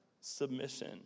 submission